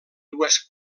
dues